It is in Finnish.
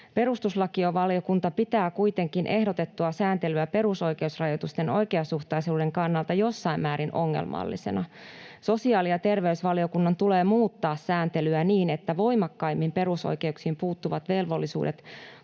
”Perustuslakivaliokunta pitää kuitenkin ehdotettua sääntelyä perusoikeusrajoitusten oikeasuhtaisuuden kannalta jossain määrin ongelmallisena. Sosiaali- ja terveysvaliokunnan tulee muuttaa sääntelyä niin, että voimakkaimmin perusoikeuksiin puuttuvat velvollisuudet